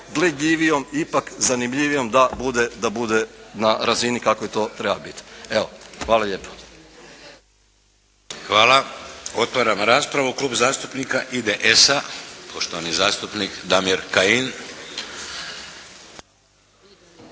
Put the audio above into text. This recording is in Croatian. gledljivijom, ipak zanimljivijom da bude na razini kakvoj to treba biti. Evo hvala lijepo. **Šeks, Vladimir (HDZ)** Hvala. Otvaram raspravu. Klub zastupnika IDS-a, poštovani zastupnik Damir Kajin.